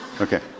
Okay